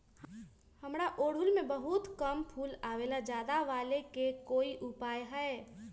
हमारा ओरहुल में बहुत कम फूल आवेला ज्यादा वाले के कोइ उपाय हैं?